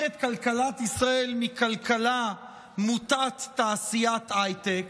את כלכלת ישראל מכלכלה מוטת תעשיית הייטק